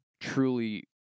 truly